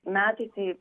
metai tai